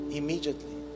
immediately